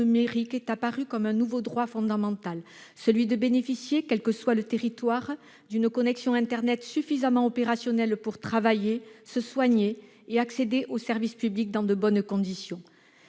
est apparu comme un nouveau droit fondamental, celui de bénéficier, quel que soit le territoire, d'une connexion internet suffisamment opérationnelle pour pouvoir travailler, se soigner et accéder aux services publics dans de bonnes conditions.